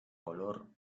color